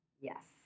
Yes